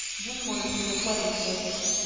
dream on a piece of wedding cake.